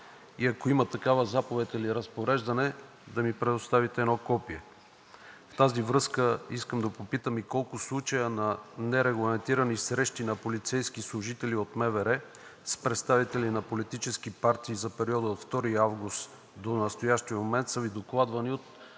Ако има такава заповед или разпореждане, да ни предоставите едно копие. Във връзка с това искам да попитам и колко случая на нерегламентирани срещи на полицейски служители от МВР с представители на политически партии за периода от 2 август до настоящия момент са Ви докладвани от